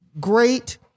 great